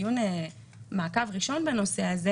מכיוון שאנחנו בדיון מעקב ראשון בנושא הזה